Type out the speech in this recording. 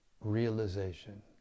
realization